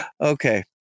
Okay